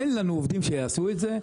אין לנו עובדים שיעשו את זה,